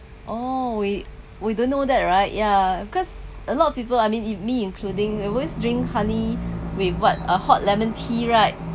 oh we we don't know that right yeah cause a lot of people I mean me including always drink honey with what a hot lemon tea right